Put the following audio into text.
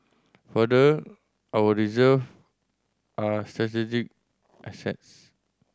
further our reserve are strategic assets